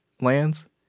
lands